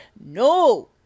No